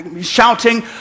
shouting